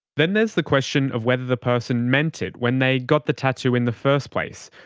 then there's the question of whether the person meant it when they got the tattoo in the first place,